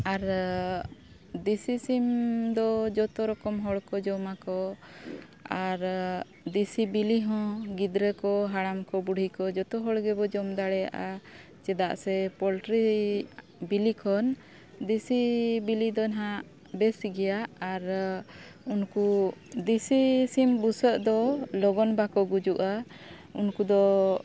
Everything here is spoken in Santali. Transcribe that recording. ᱟᱨ ᱫᱮᱥᱤ ᱥᱤᱢ ᱫᱚ ᱡᱚᱛᱚ ᱨᱚᱠᱚᱢ ᱦᱚᱲ ᱠᱚ ᱡᱚᱢᱟᱠᱚ ᱟᱨ ᱫᱮᱥᱤ ᱵᱤᱞᱤ ᱦᱚᱸ ᱜᱤᱫᱽᱨᱟᱹ ᱠᱚ ᱦᱟᱲᱟᱢ ᱠᱚ ᱵᱩᱰᱷᱤ ᱠᱚ ᱡᱚᱛᱚ ᱦᱚᱲ ᱜᱮᱵᱚᱱ ᱡᱚᱢ ᱫᱟᱲᱮᱭᱟᱜᱼᱟ ᱪᱮᱫᱟᱜ ᱥᱮ ᱯᱳᱞᱴᱨᱤ ᱵᱤᱞᱤ ᱠᱷᱚᱱ ᱫᱮᱥᱤ ᱵᱤᱞᱤ ᱫᱚ ᱦᱟᱸᱜ ᱵᱮᱥ ᱜᱮᱭᱟ ᱟᱨ ᱩᱱᱠᱩ ᱫᱮᱥᱤ ᱥᱤᱢ ᱵᱩᱥᱟᱹᱜ ᱫᱚ ᱞᱚᱜᱚᱱ ᱵᱟᱠᱚ ᱜᱩᱡᱩᱜᱼᱟ ᱩᱱᱠᱩ ᱫᱚ